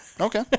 Okay